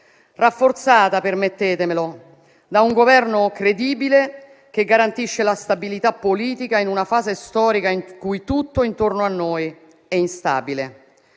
rafforzata - permettetemelo - da un Governo credibile, che garantisce la stabilità politica in una fase storica in cui tutto intorno a noi è instabile;